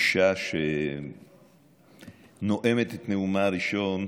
אישה שנואמת את נאומה הראשון,